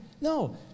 No